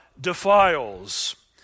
defiles